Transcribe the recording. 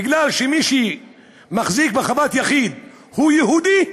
בגלל שמי שמחזיק בחוות יחיד הוא יהודי,